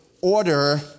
order